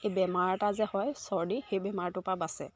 এই বেমাৰ এটা যে হয় চৰ্দি সেই বেমাৰটোৰ পৰা বাচে